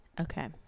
Okay